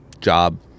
job